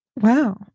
wow